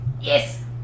yes